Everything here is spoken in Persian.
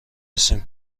هستیم